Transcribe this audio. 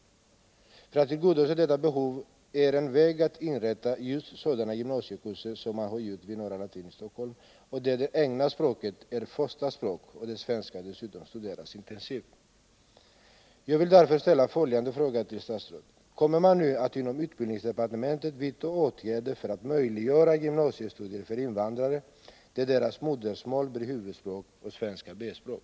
En väg att gå för att tillgodose detta behov är att inrätta visningen för just sådana gymnasiekurser som bedrivits vid Norra latin i Stockholm, där finskspråkiga det egna språket är förstaspråk och där dessutom svenskan studeras intensivt. Jag vill mot den bakgrunden ställa följande fråga till statsrådet: Kommer man nu att inom utbildningsdepartementet vidta åtgärder för att möjliggöra gymnasiestudier för invandrare, där deras modersmål blir huvudspråk och svenskan B-språk?